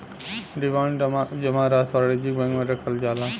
demand जमा राशी वाणिज्य बैंक मे रखल जाला